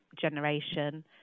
generation